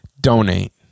donate